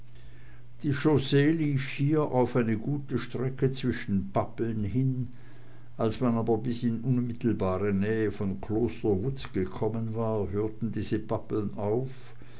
die chaussee lief hier auf eine gute strecke zwischen pappeln hin als man aber bis in unmittelbare nähe von kloster wutz gekommen war hörten diese pappeln auf